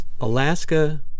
Alaska